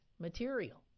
material